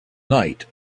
night